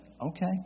okay